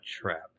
trap